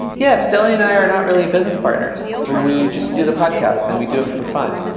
yeah, steli and i are not really business partners. ah we just do the podcasts and we do it for fun.